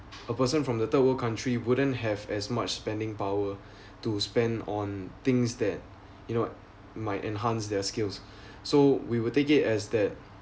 a person from the third world country wouldn't have as much spending power to spend on things that you know might enhance their skills so we will take it as that